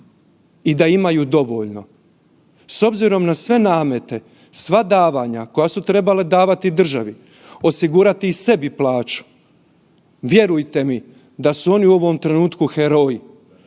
i da imaju dovoljno. S obzirom na sve namete, sva davanja koja su trebale davati državi, osigurati i sebi plaću, vjerujte mi da su oni u ovom trenutku heroji,